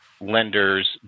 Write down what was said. lenders